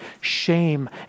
Shame